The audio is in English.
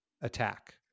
attack